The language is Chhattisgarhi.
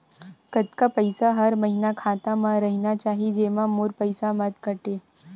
कतका पईसा हर महीना खाता मा रहिना चाही जेमा मोर पईसा मत काटे?